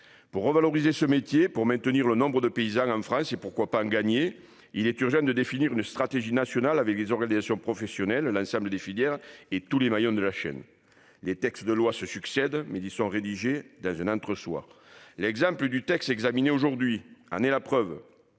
Pour revaloriser ce métier, pour maintenir le nombre de paysans en France et- pourquoi pas ? -en gagner, il est urgent de définir une stratégie nationale avec les organisations professionnelles, l'ensemble des filières et tous les maillons de la chaîne. Les textes de loi se succèdent, mais ils sont rédigés dans un entre-soi. L'exemple du texte examiné aujourd'hui en est la preuve,